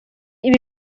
ibi